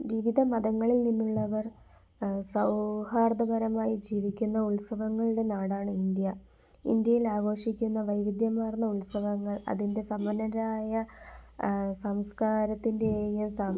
വിവിധ മതങ്ങളിൽ നിന്നുള്ളവർ സൗഹാർദ്ദപരമായി ജീവിക്കുന്ന ഉത്സവങ്ങളുടെ നാടാണ് ഇന്ത്യ ഇന്ത്യയിലാഘോഷിക്കുന്ന വൈവിധ്യമാർന്ന ഉത്സവങ്ങൾ അതിൻറ്റെ സമ്പന്നരായ സംസ്കാരത്തിൻറ്റേയും സം